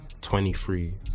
23